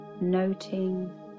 noting